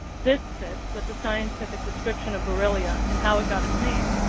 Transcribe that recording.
this fits with the scientific description of borrelia and how it got its name.